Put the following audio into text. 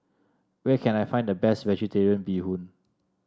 where can I find the best vegetarian Bee Hoon